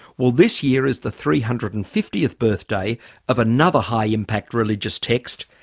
well this year is the three hundred and fiftieth birthday of another high impact religious text,